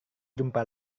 jumpa